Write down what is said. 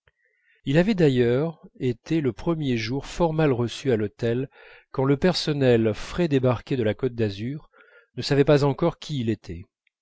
il avait d'ailleurs été le premier jour fort mal reçu à l'hôtel quand le personnel frais débarqué de la côte d'azur ne savait pas encore qui il était